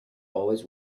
always